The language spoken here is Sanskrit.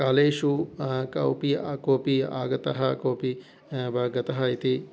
कालेषु कवोपि कोऽपि आगतः कोऽपि वा गतः इति